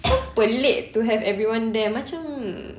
so pelik to have everyone there macam